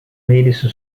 medische